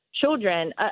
children